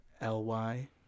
L-Y